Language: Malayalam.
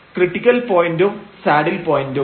ക്രിട്ടിക്കൽ പോയന്റും സാഡിൽ പോയന്റും